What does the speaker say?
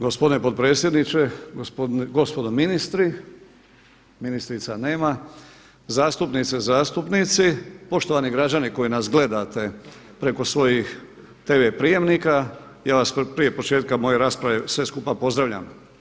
Gospodine potpredsjedniče, gospodo ministri, ministrica nema, zastupnice i zastupnici, poštovani građani koji nas gledate preko svojih tv prijemnika, ja vas prije početka moje rasprave sve skupa pozdravljam.